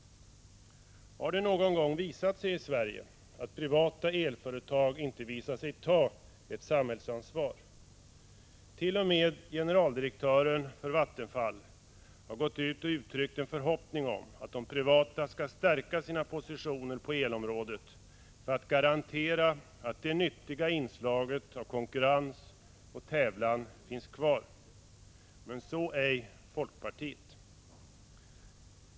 Har det någon gång visat sig i Sverige att privata elföretag inte visat sig ta ett samhällsansvar? T.o. m. generaldirektören för Vattenfall har uttryckt en förhoppning om att de privata företagen skall stärka sina positioner på elområdet för att garantera att det nyttiga inslaget av konkurrens och tävlan finns kvar. Men så ej folkpartiet!